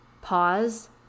pause